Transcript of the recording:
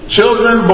Children